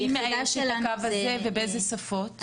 מי מאייש את הקו הזה ובאיזה שפות?